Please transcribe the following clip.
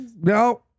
No